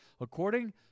according